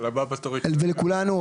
לכולנו,